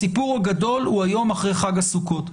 הסיפור הגדול הוא היום אחרי חג הסוכות.